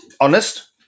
Honest